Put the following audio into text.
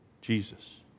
Jesus